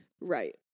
Right